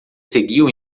seguiu